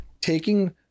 taking